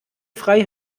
frei